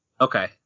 Okay